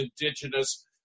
indigenous